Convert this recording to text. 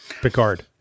Picard